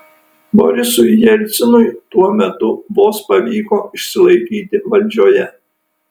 borisui jelcinui tuo metu vos pavyko išsilaikyti valdžioje